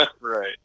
right